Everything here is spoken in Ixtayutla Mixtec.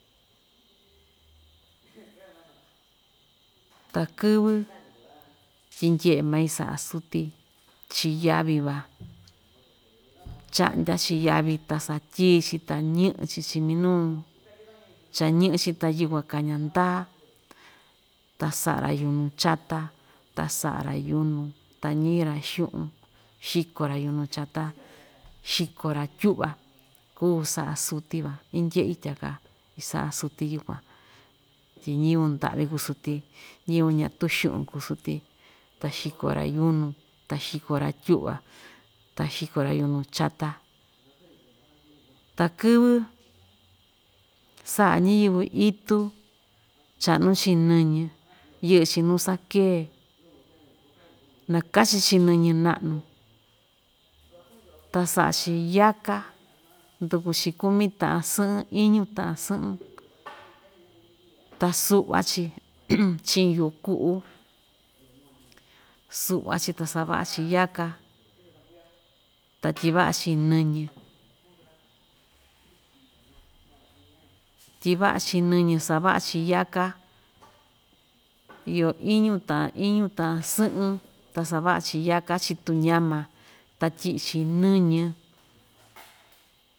ta kɨvɨ tyi ndyeꞌe mai saꞌa suti, chii yavi van chaꞌndya‑chi yavi ta satyii‑chi ta ñɨꞌɨ‑chi chii minuu cha ñɨꞌɨ‑chi ta yukuan kaña ndaa ta saꞌa‑ra yunu chata, ta saꞌa‑ra yunu ta ñiꞌi‑ra xuꞌun xikora yuñu chata xikora tyuꞌva kuu saꞌa suti van indyeꞌi tyaka, isaꞌa suti yukuan tyi ñiyɨvɨ ndaꞌvi kuu suti ñiyɨvɨ ñatuu xuꞌun kuu suti, ta xiko‑ra yunu, ta xiko‑ra tyuꞌva, ta xiko‑ra yunu chata, ta‑kɨvɨ saꞌa ñayɨvɨ itu, chaꞌnu‑chi nɨñɨ yɨꞌɨ‑chi nuu sakee, nakachin‑chi nɨñɨ naꞌa‑nu ta saꞌa‑chi yaka, nduku‑chi kumi taꞌan sɨꞌɨn, iñu taꞌan sɨꞌɨn, ta suꞌva‑chi chiin yoo kuꞌu suꞌva‑chi ta savaꞌa‑chi yaka, ta tyivaꞌa‑chi nɨñɨ, tyivaꞌa‑chi nɨñɨ savaꞌa‑chi yaka iyo iñu taꞌan iñu taꞌan sɨꞌɨn ta savaꞌa‑chi yaka chiꞌin tuñama, ta tyiꞌi‑chi nɨñɨ.